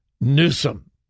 Newsom